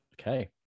Okay